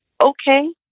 okay